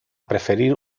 preferir